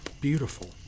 beautiful